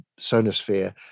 sonosphere